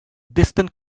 distant